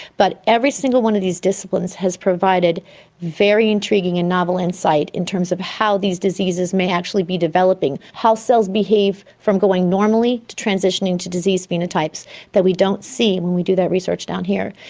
but every single one of these disciplines has provided very intriguing and novel insight in terms of how these diseases may actually be developing, how cells behave from going normally to transiting to disease phenotypes that we don't see when we do that research down here.